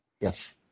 Yes